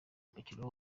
umukino